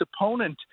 opponent